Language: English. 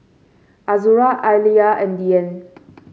Azura Alya and Dian